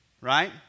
right